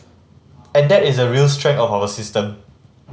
and that is a real strength of our system